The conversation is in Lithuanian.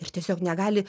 ir tiesiog negali